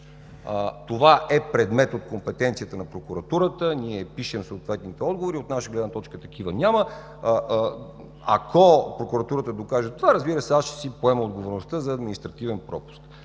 това е предмет от компетенцията на прокуратурата. Ние пишем съответните отговори. От наша гледна точка такива няма. Ако прокуратурата докаже... Това, разбира се, аз ще си поема отговорността за административен пропуск,